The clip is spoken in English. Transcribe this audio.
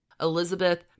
Elizabeth